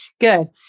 good